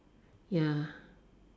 ya